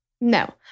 No